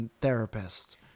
therapist